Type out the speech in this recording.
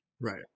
Right